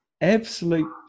absolute